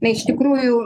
na iš tikrųjų